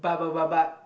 but but but but